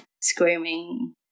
screaming